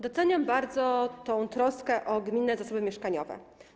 Doceniam bardzo tę troskę o gminne zasoby mieszkaniowe.